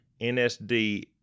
NSD